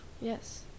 Yes